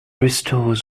restores